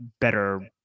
better